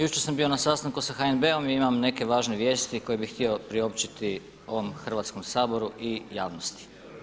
Jučer sam bio na sastanku sa HNB-om, imam neke važne vijesti koje bih htio priopćiti ovom Hrvatskom saboru i javnosti.